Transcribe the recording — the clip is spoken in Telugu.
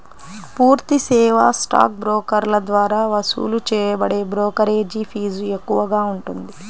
పూర్తి సేవా స్టాక్ బ్రోకర్ల ద్వారా వసూలు చేయబడే బ్రోకరేజీ ఫీజు ఎక్కువగా ఉంటుంది